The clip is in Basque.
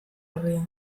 herria